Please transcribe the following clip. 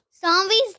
Zombies